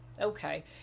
Okay